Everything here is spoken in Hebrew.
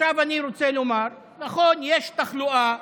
עכשיו אני רוצה לומר: נכון, יש תחלואה,